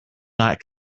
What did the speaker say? not